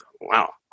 Wow